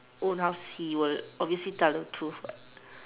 own house he will obviously tell the truth what